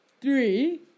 three